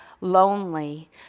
lonely